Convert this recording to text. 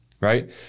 right